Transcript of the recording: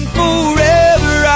forever